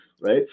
right